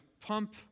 pump